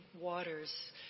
waters